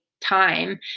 time